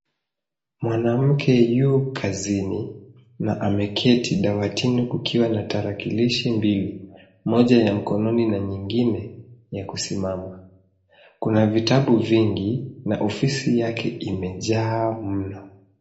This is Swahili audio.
Mwanamke yu kazini na ameketi dawatini kukiwa na tarakilishi mbili. Moja ya mkononi na nyingine ya kusimama. Kuna vitabu vingi na ofisi yake imejaa mno.